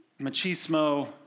machismo